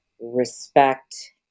respect